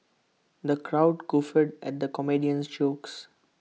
the crowd guffawed at the comedian's jokes